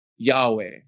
Yahweh